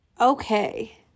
Okay